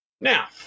Now